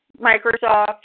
Microsoft